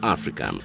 Africa